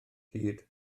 hyd